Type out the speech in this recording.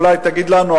אולי תגיד לנו,